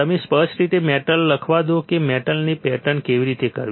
મને સ્પષ્ટ રીતે મેટલ લખવા દો કે મેટલની પેટર્ન કેવી રીતે કરવી